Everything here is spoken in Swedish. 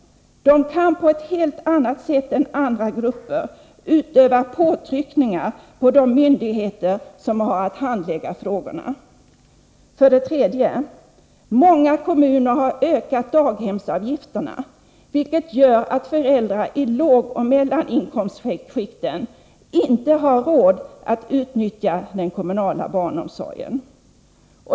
De kan på ett helt annat sätt än andra grupper utöva påtryckningar på de myndigheter som har att handlägga frågorna. 3. Många kommuner har ökat daghemsavgifterna, vilket gör att föräldrar i lågoch mellaninkomstskikten inte har råd att utnyttja den kommunala barnomsorgen.